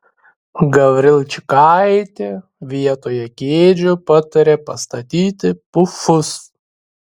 gavrilčikaitė vietoje kėdžių patarė pastatyti pufus